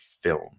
film